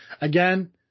Again